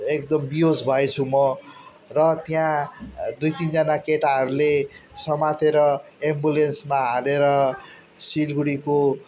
एकदम बिहोस भएछु म र त्यहाँ दुई तिनजना केटाहरूले समातेर एम्बुलेन्समा हालेर सिलगडीको